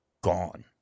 gone